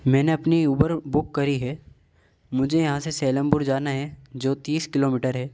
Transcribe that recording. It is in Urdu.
میں نے اپنی اوبر بک کری ہے مجھے یہاں سے سیلم پور جانا ہے جو تیس کلو میٹر ہے